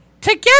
Together